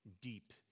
deep